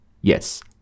Yes